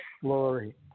Glory